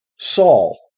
Saul